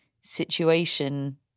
situation